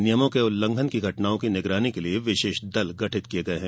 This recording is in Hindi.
नियमों के उल्लंघन की घटनाओं की निगरानी के लिए विशेष दल गठित किए गए हैं